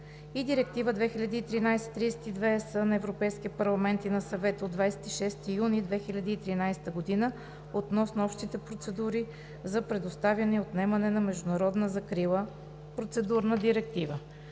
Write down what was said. и Директива 2013/32/ЕС на Европейския парламент и на Съвета от 26 юни 2013 г. относно общите процедури за предоставяне и отнемане на международна закрила (Процедурна директива).